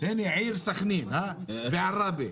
הנה העיר סכנין ועראבה,